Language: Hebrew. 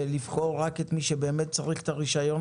ולבחור רק את מי שבאמת צריך את הרישיון